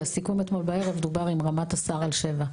בסיכום אתמול בערב ברמת השר דובר על 7 שנים.